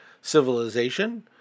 civilization